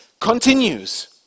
continues